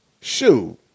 Shoot